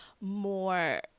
more